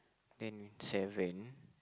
ten seven